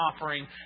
offering